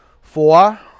Four